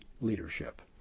leadership